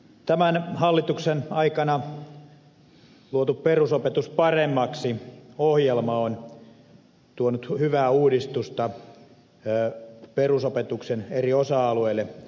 tämän hallituksen aikana luotu perusopetus paremmaksi ohjelma on tuonut hyvää uudistusta perusopetuksen eri osa alueille